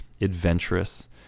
adventurous